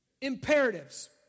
imperatives